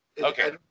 Okay